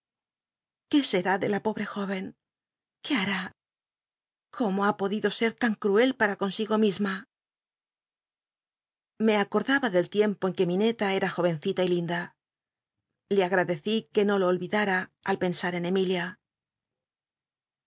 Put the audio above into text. qué será de la pobre jóven qué har cómo ha podido sci tan ctuel paa consigo misma me acordaba del tiempo en que liineta cra jovencita y linda le agradecí que no lo ohidara al pens r en emilia